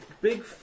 big